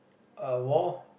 uh war